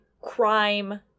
crime